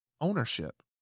ownership